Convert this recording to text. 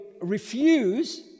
refuse